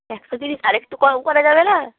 একশো তিরিশ আর একটু কম করা যাবে না